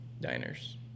Diners